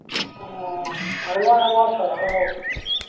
ᱚ ᱟᱭᱢᱟ ᱟᱭᱢᱟ ᱥᱟᱨᱦᱟᱣ